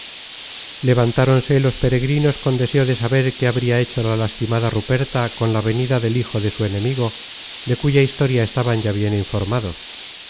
otro levantáronse los peregrinos con deseo de saber qué habria hecho la lastimada ruperta con la venida del hijo de su enemigo de cuya historia estaban ya bien informados